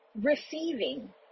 Receiving